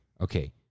Okay